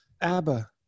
ABBA